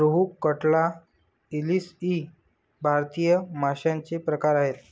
रोहू, कटला, इलीस इ भारतीय माशांचे प्रकार आहेत